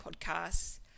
podcasts